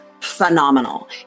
phenomenal